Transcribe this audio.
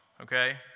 okay